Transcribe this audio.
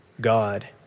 God